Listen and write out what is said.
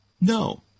No